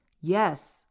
Yes